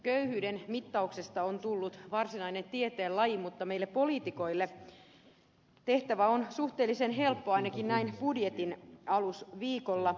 köyhyyden mittauksesta on tullut varsinainen tieteenlaji mutta meille poliitikoille tehtävä on suhteellisen helppo ainakin näin budjetinalusviikolla